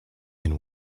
and